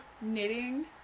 knitting